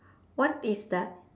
what is the